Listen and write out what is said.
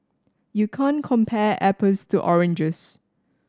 you can't compare apples to oranges